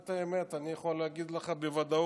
את האמת, אני יכול להגיד לך בוודאות